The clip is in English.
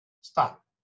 Stop